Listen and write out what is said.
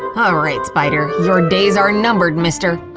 alright spider, your days are numbered, mr!